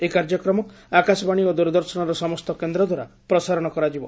ଏହି କାର୍ଯ୍ୟକ୍ରମ ଆକାଶବାଣୀ ଓ ଦୂରଦର୍ଶନର ସମସ୍ତ କେନ୍ଦ୍ର ଦ୍ୱାରା ପ୍ରସାରଣ କରାଯିବ